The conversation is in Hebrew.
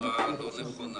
אמירה לא נכונה.